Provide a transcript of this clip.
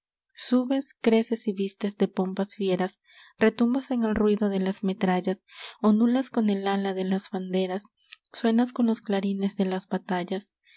subes creces y vistes de pompas fieras retumbas en el ruido de las metrallas ondulas con el ala de las banderas suenas con los clarines de las batallas